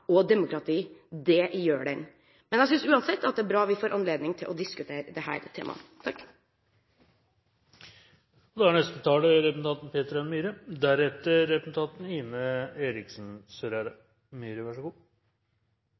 og demokrati – det gjør den. Men jeg synes uansett det er bra vi at vi får anledning til å diskutere dette temaet. Dette er en viktig debatt, og